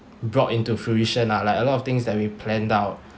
brought into fruition lah like a lot of things that we planned out